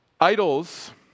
Idols